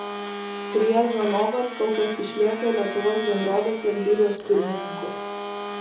riazanovas kol kas išlieka lietuvos bendrovės valdybos pirmininku